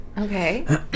okay